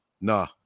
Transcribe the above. Nah